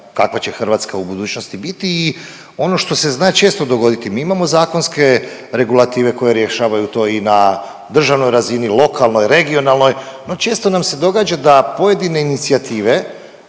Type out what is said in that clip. kakva će Hrvatska u budućnosti biti i ono što se zna često dogoditi mi imamo zakonske regulative koje rješavaju to i na državnoj razini, lokalnoj, regionalnoj, no često nam se događa da pojedine inicijative